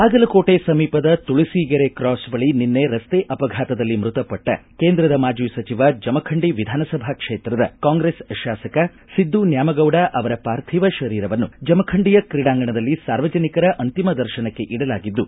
ಬಾಗಲಕೋಟೆ ಸಮೀಪದ ತುಳಸೀಗೆರೆ ಕ್ರಾಸ್ ಬಳಿ ನಿನ್ನೆ ರಸ್ತೆ ಅಪಘಾತದಲ್ಲಿ ಮೃತಪಟ್ಟ ಕೇಂದ್ರದ ಮಾಜಿ ಸಚಿವ ಜಮಖಂಡಿ ವಿಧಾನಸಭಾ ಕ್ಷೇತ್ರದ ಕಾಂಗ್ರೆಸ್ ಶಾಸಕ ಸಿದ್ದು ನ್ಯಾಮಗೌಡ ಅವರ ಪಾರ್ಥಿವ ಶರೀರವನ್ನು ಜಮಖಂಡಿಯ ಕ್ರೀಡಾಂಗಣದಲ್ಲಿ ಸಾರ್ವಜನಿಕರ ಅಂತಿಮ ದರ್ಶನಕ್ಕೆ ಇಡಲಾಗಿದ್ದು